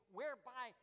whereby